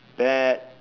that